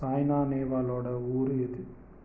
சாய்னா நேவாலோட ஊர் எது